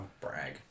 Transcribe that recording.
brag